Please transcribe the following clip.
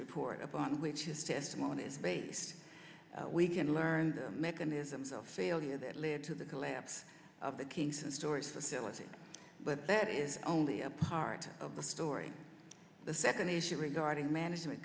report upon which this testimony is based we can learn the mechanisms of failure that led to the collapse of the kingston storage facility but that is only a part of the story the second issue regarding management